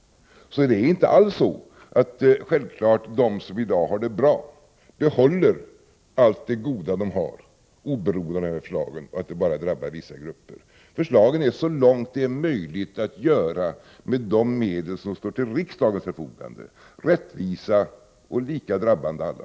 Det är inte alls så, att de som i dag har det bra självklart skall behålla allt det goda de har oberoende av de här förslagen och att dessa bara drabbar vissa grupper. Förslagen är, så långt det är möjligt att göra med de medel som står till riksdagens förfogande, rättvisa och lika drabbande alla.